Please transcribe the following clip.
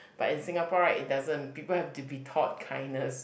like in Singapore right it doesn't people have to be taught kindness